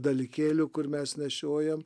dalykėlių kur mes nešiojam